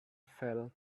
fell